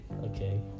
okay